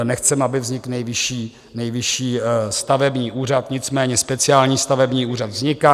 Nechceme, aby vznikl Nejvyšší stavební úřad, nicméně speciální stavební úřad vzniká.